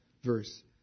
verse